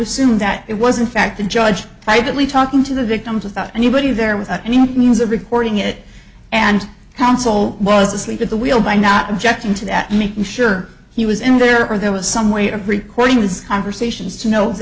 assume that it wasn't fact the judge privately talking to the victims without anybody there without any means of reporting it and counsel was asleep at the wheel by not objecting to that making sure he was in there or there was some way of recording his conversation